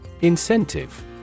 Incentive